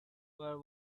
were